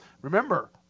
Remember